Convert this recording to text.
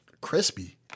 Crispy